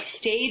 stage